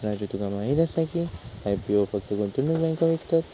राजू तुका माहीत आसा की, आय.पी.ओ फक्त गुंतवणूक बँको विकतत?